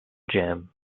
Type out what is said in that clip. jam